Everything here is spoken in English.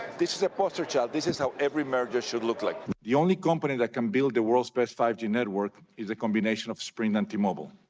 this is a poster child, this is how every merger should look like. the only company that can build the world's best five g network is a combination of sprint and t-mobile.